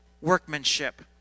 workmanship